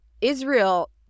Israel